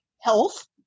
Health